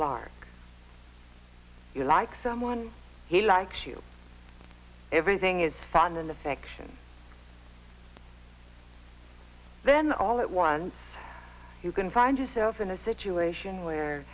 lark you like someone he likes you everything is fun and affection then all at once you can find yourself in a situation where